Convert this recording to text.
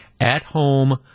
at-home